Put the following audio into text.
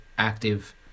active